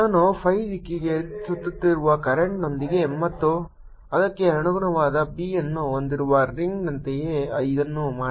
ನಾನು phi ದಿಕ್ಕಿಗೆ ಸುತ್ತುತ್ತಿರುವ ಕರೆಂಟ್ನೊಂದಿಗೆ ಮತ್ತು ಅದಕ್ಕೆ ಅನುಗುಣವಾದ B ಅನ್ನು ಹೊಂದಿರುವ ರಿಂಗ್ನಂತೆಯೇ ಇದನ್ನು ಮಾಡಿ